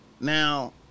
now